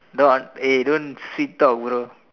don't eh don't sweet talk bro